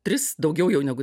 tris daugiau jau negu